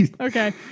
okay